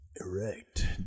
Erect